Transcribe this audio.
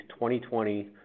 2020